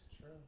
true